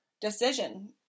decision